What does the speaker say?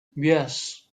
yes